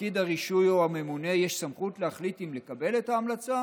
לפקיד הרישוי או הממונה יש סמכות להחליט אם לקבל את ההמלצה